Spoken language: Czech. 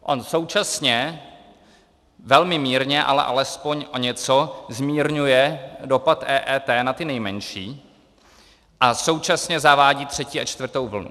On současně velmi mírně, ale alespoň o něco zmírňuje dopad EET na ty nejmenší a současně zavádí třetí a čtvrtou vlnu.